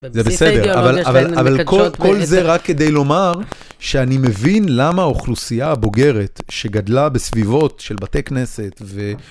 זה בסדר, אבל כל זה רק כדי לומר שאני מבין למה האוכלוסייה הבוגרת, שגדלה בסביבות של בתי כנסת ו...